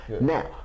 Now